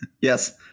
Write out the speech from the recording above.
Yes